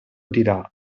dirà